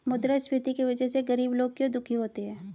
मुद्रास्फीति की वजह से गरीब लोग क्यों दुखी होते हैं?